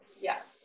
Yes